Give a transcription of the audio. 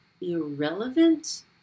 irrelevant